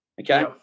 Okay